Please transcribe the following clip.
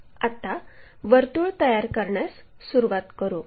आता वर्तुळ तयार करण्यास सुरवात करू